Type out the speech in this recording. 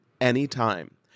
anytime